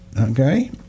Okay